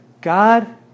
God